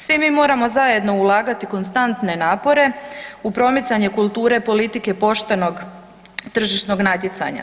Svi mi moramo zajedno ulagati konstantne napore u promicanju kulture politike poštenog tržišnog natjecanja.